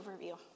overview